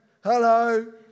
Hello